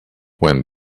when